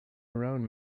around